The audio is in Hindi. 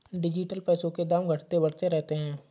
डिजिटल पैसों के दाम घटते बढ़ते रहते हैं